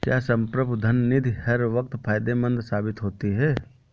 क्या संप्रभु धन निधि हर वक्त फायदेमंद साबित होती है?